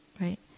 right